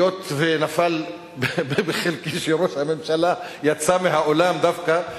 היות שנפל בחלקי שראש הממשלה יצא מהאולם דווקא,